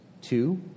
Two